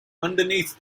underneath